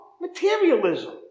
Materialism